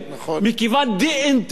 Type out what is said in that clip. מכיוון שדאונטולוגית,